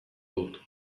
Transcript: dut